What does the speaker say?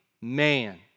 man